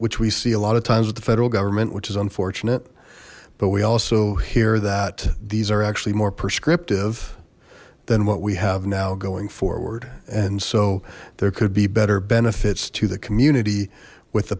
which we see a lot of times with the federal government which is unfortunate but we also hear that these are actually more prescriptive than what we have now going forward and so there could be better benefits to the community with the